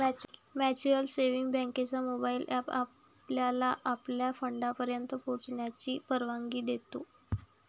mutual savings बँकेचा mobile app आपल्याला आपल्या फंडापर्यंत पोहोचण्याची परवानगी देतो